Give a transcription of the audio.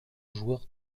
joueur